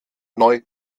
neu